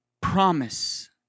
promise